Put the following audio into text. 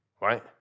right